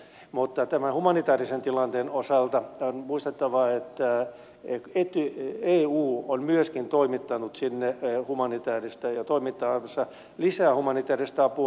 mutta humanitaarisen tilanteen osalta on muistettava että eu on myöskin toimittanut sinne ja toimittamassa lisää humanitaarista apua